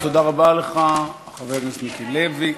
תודה רבה לך, חבר הכנסת מיקי לוי.